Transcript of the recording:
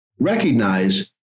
recognize